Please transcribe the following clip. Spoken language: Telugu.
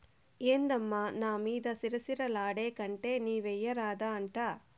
ఏందమ్మా నా మీద సిర సిర లాడేకంటే నీవెయ్యరాదా అంట